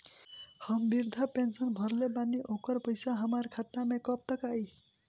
हम विर्धा पैंसैन भरले बानी ओकर पईसा हमार खाता मे कब तक आई?